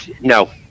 No